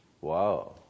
Wow